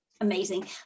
amazing